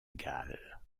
galles